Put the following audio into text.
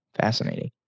Fascinating